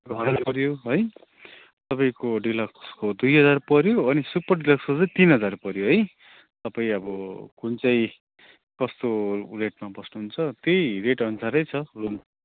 हजार पर्यो है तपाईँको डिलक्सको दुई हजार पर्यो अनि सुपर डिलक्सको चाहिँ तीन हजार पर्यो है तपाईँ अब कुनचाहिँ कस्तो रेटमा बस्नुहुन्छ त्यही रेट अनुसारै छ रूम